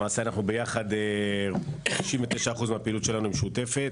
למעשה, 99% מהפעילות שלנו היא משותפת,